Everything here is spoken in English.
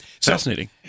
Fascinating